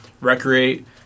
recreate